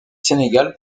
sénégal